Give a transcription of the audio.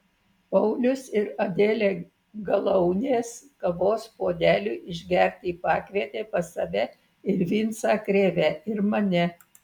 paulius ir adelė galaunės kavos puodeliui išgerti pakvietė pas save ir vincą krėvę ir mane